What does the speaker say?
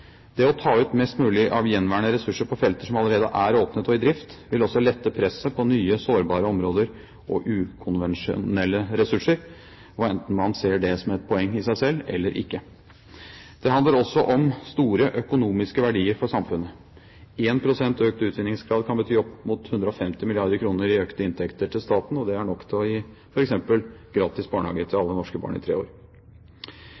Det å ta ut mest mulig av gjenværende ressurser på felter som allerede er åpnet og i drift, vil også lette presset på nye sårbare områder og ukonvensjonelle ressurser, enten man ser det som et poeng i seg selv eller ikke. Det handler også om store økonomiske verdier for samfunnet. 1 pst. økt utvinningsgrad kan bety opp mot 150 mrd. kr i økte inntekter til staten. Det er nok til å gi f.eks. gratis barnehage til